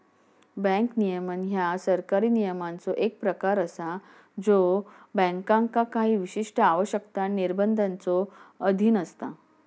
bank नियमन ह्या सरकारी नियमांचो एक प्रकार असा ज्यो बँकांका काही विशिष्ट आवश्यकता, निर्बंधांच्यो अधीन असता